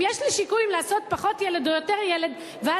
אם יש לי שיקול לעשות יותר ילד או פחות ילד,